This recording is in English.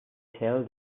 tell